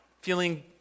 feeling